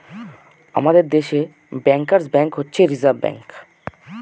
আমাদের ভারত দেশে bankers bank হচ্ছে রিসার্ভ ব্যাঙ্ক